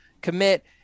commit